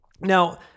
Now